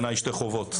חובות.